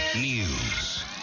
News